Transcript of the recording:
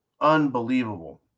Unbelievable